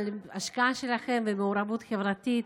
תודה על ההשקעה שלכן במעורבות חברתית.